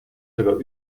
sogar